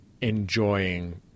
enjoying